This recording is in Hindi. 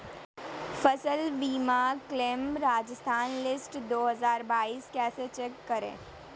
फसल बीमा क्लेम राजस्थान लिस्ट दो हज़ार बाईस कैसे चेक करें?